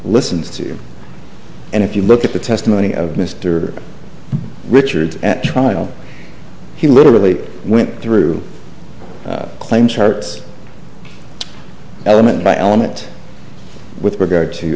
listens to and if you look at the testimony of mr richard at trial he literally went through claim charts element by element with regard to